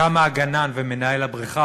כמה הגנן ומנהל הבריכה